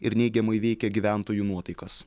ir neigiamai veikia gyventojų nuotaikas